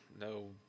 no